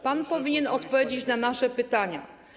Pan powinien odpowiedzieć na nasze pytania.